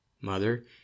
Mother